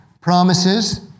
promises